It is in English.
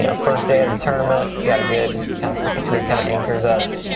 yeah first day of the tournament, got a good kind of fifty three, kind of anchors us.